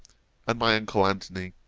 and my uncle antony,